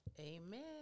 Amen